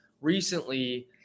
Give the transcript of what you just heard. recently